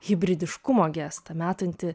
hibridiškumo gestą metantį